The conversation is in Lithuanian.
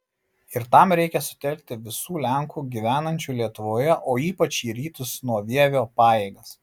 ir tam reikia sutelkti visų lenkų gyvenančių lietuvoje o ypač į rytus nuo vievio pajėgas